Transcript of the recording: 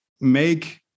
make